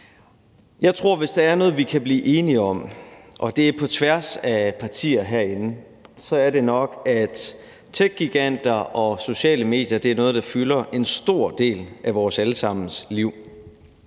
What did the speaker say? Jeg tror, at hvis der er noget, vi kan blive enige om – og det er på tværs af partier herinde – er det nok, at techgiganter og sociale medier er noget, der fylder en stor del af vores alle sammens liv.